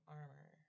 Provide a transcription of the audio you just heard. armor